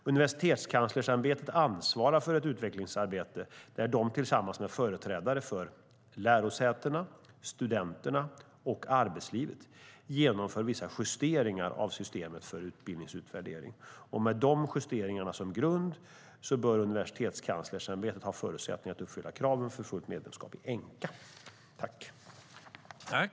Universitetskanslersämbetet ansvarar för ett utvecklingsarbete där de tillsammans med företrädare för lärosätena, studenterna och arbetslivet genomför vissa justeringar av systemet för utbildningsutvärdering. Med dessa justeringar som grund bör Universitetskanslersämbetet ha förutsättningar att uppfylla kraven för fullt medlemskap i Enqa. Då Ibrahim Baylan, som framställt en av interpellationerna, anmält att han var förhindrad att närvara vid sammanträdet medgav tredje vice talmannen att Louise Malmström i stället fick delta i överläggningen.